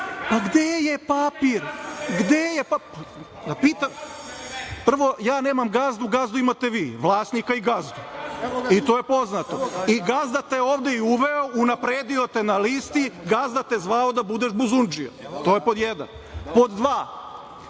Pitaj gazdu.)Prvo, ja nemam gazdu, gazdu imate vi, vlasnika i gazdu i to je poznato. Gazda te je ovde i uveo, unapredio te na listi, gazda te zvao da budeš buzundžija. To je pod jedan. Pod dva,